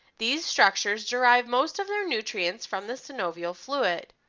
these structures derive most of their nutrients from the synovial fluid.